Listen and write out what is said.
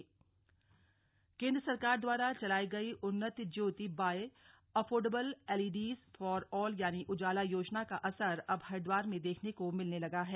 उजाला योजना केन्द्र सरकार द्वारा चलाई गई Unnat Jyoti by affordable L E Ds for all यानि उजाला योजना का असर अब हरिद्वार में देखने को मिलने लगा है